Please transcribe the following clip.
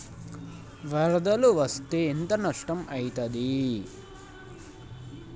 వరదలు వస్తే ఎంత నష్టం ఐతది?